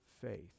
faith